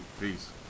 Peace